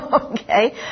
Okay